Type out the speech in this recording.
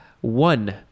One